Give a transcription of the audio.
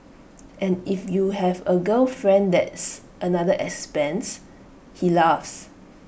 and if you have A girlfriend that's another expense he laughs